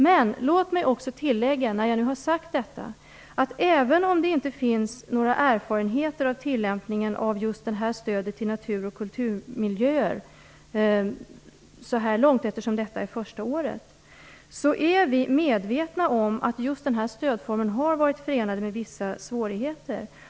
Men låt mig också tillägga att även om det inte finns några erfarenheter av tillämpningen av just detta stöd till natur och kulturmiljöer så här långt eftersom detta är det första året, är vi medvetna om att just denna stödform har varit förenad med vissa svårigheter.